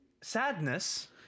Sadness